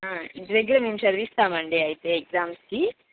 ఇంటి దగ్గర మేము చదివిస్తామండి అయితే ఎగ్జామ్స్కి